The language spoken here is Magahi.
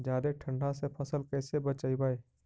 जादे ठंडा से फसल कैसे बचइबै?